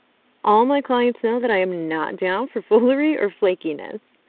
all my clients know that i am not down for foolery or flakiness.